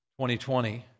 2020